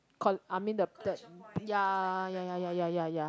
col~ I'm mean the th~ ya ya ya ya ya ya